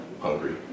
hungry